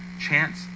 chance